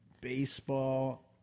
baseball